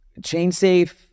Chainsafe